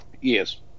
yes